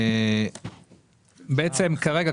כרגע,